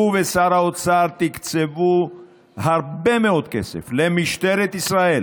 הוא ושר האוצר הקצו הרבה מאוד כסף למשטרת ישראל